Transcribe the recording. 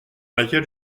laquelle